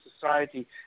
society